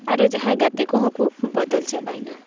ᱟᱨᱚ ᱡᱟᱦᱟᱭ ᱜᱟᱛᱮ ᱠᱚᱦᱚᱸ ᱠᱚ ᱵᱚᱫᱚᱞ ᱪᱟᱵᱟᱭᱮᱱᱟ